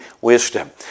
wisdom